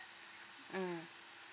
mm